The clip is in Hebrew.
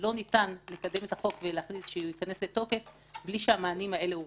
שלא ניתן לקדם את החוק ושהוא ייכנס לתוקף בלי שהמענים האלה הורחבו.